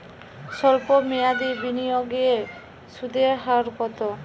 সল্প মেয়াদি বিনিয়োগে সুদের হার কত?